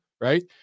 right